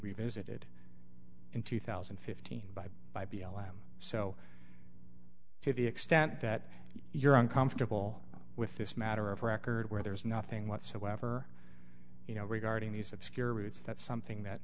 revisited in two thousand and fifteen by by b l m so to the extent that you're uncomfortable with this matter of record where there is nothing whatsoever you know regarding these obscure routes that's something that